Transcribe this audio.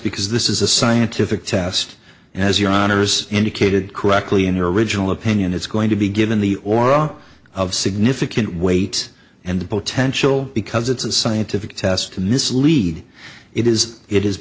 because this is a scientific test as your honour's indicated correctly in your original opinion it's going to be given the aura of significant weight and potential because it's a scientific test to mislead it is it is